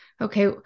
okay